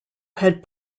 had